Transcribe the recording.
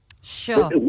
Sure